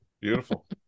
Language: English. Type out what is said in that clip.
beautiful